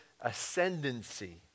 ascendancy